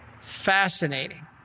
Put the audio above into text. Fascinating